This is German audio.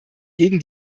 gegen